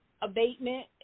abatement